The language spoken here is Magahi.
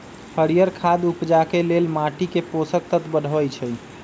हरियर खाद उपजाके लेल माटीके पोषक तत्व बढ़बइ छइ